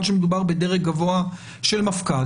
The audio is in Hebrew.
שבהם גם בדיקות PCR צריכות להיות מאושרות לטובת תו ירוק,